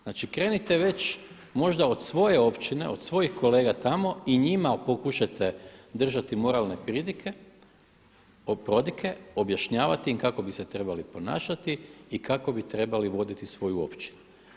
Znači krenite već možda od svoje općine, od svojih kolega tamo i njima pokušajte držati moralne prodike, objašnjavati im kako bi se trebali ponašati i kako bi trebali voditi svoju općinu.